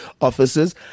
offices